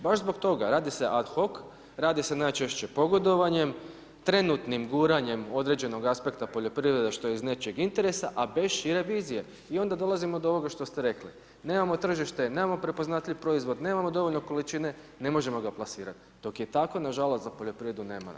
Baš zbog toga radi se ad hoch, radi se najčešće pogodovanjem, trenutnim guranjem određenog aspekta poljoprivrede što je iz nečijeg interesa, a bez šire vizije i onda dolazimo do ovoga što ste rekli, nemamo tržište, nemamo prepoznatljiv proizvod, nemamo dovoljno količine, ne možemo ga plasirati, dok je tako, na žalost, za poljoprivredu nema naprijed.